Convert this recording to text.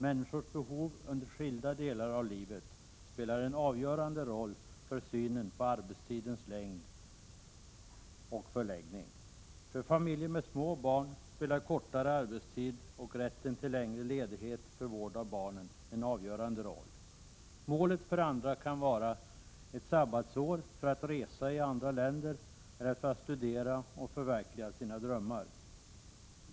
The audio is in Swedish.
Människors behov under skilda delar av livet spelar en avgörande roll för synen på arbetstidens längd och förläggning. För familjer med små barn spelar kortare arbetstid och rätten till längre ledighet för vård av barnen en avgörande roll. Målet för andra kan vara ett sabbatsår för att resa i andra länder eller för att studera och förverkliga sina drömmar.